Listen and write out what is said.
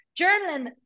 journaling